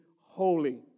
holy